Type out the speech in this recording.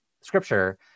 scripture